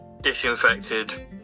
disinfected